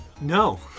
No